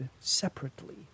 separately